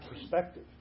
perspective